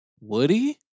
Woody